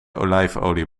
olijfolie